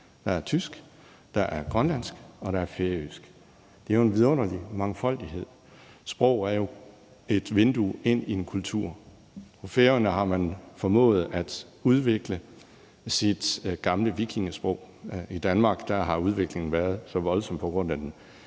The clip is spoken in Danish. der er tysk, der er grønlandsk, og der er færøsk. Det er jo en vidunderlig mangfoldighed. Sprog er jo et vindue ind i en kultur. På Færøerne har man formået at udvikle sit gamle vikingesprog. I Danmark har udviklingen været så voldsom på grund af den